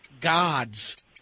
gods